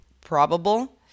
probable